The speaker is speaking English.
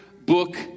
book